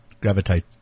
gravitate